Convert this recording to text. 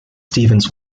stevens